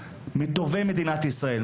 מטובי מדינת ישראל,